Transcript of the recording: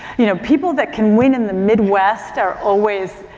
you know, people that can win in the midwest are always,